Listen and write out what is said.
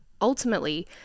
ultimately